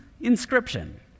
inscription